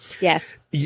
Yes